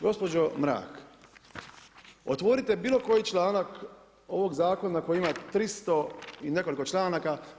Gospođo Mrak otvorite bilo koji članak ovog zakona koji ima 300 i nekoliko članaka.